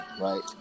right